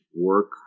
work